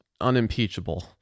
unimpeachable